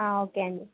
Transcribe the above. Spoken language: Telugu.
ఓకే అండి